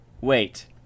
wait